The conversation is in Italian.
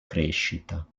crescita